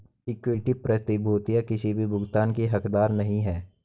equity प्रतिभूतियां किसी भी भुगतान की हकदार नहीं हैं